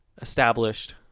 established